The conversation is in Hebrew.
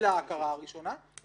בוטלה ההכרה הראשונה,